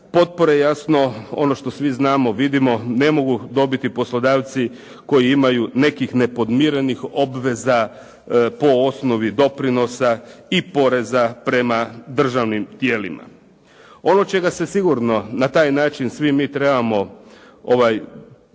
Potpore jasno, ono što svi znamo, vidimo ne mogu dobiti poslodavci koji imaju nekih nepodmirenih obveza po osnovi doprinosa i poreza prema državnim tijelima. Ono čega se sigurno na taj način svi mi trebamo uplašiti